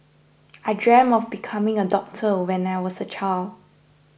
I dreamt of becoming a doctor when I was a child